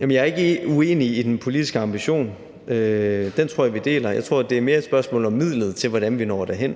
jeg er ikke uenig i den politiske ambition. Den tror jeg vi deler. Jeg tror, det mere er et spørgsmål om midlet til, hvordan vi når derhen.